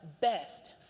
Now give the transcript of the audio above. best